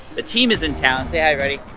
the team is in town, say hi everybody.